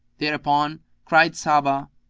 thereupon cried sabbah,